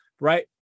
right